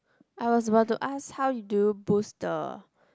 I was about to ask how do you boost the